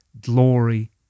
glory